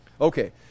Okay